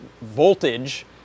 voltage